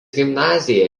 gimnaziją